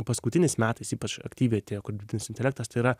paskutiniais metais ypač aktyviai tie kur dirbtinis intelektas tai yra